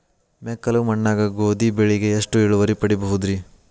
ಮೆಕ್ಕಲು ಮಣ್ಣಾಗ ಗೋಧಿ ಬೆಳಿಗೆ ಎಷ್ಟ ಇಳುವರಿ ಪಡಿಬಹುದ್ರಿ?